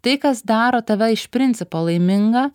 tai kas daro tave iš principo laimingą